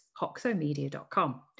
hoxomedia.com